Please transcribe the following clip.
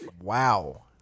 Wow